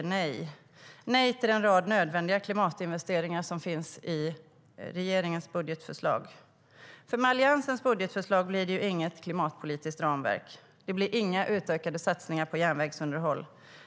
Ni säger nej till en rad nödvändiga klimatinvesteringar som finns i regeringens budgetförslag. Med Alliansens budgetförslag blir det inget klimatpolitiskt ramverk. Det blir inga utökade satsningar på järnvägsunderhåll.